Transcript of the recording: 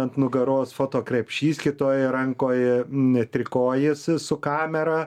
ant nugaros foto krepšys kitoj rankoj trikojis su kamera